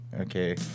okay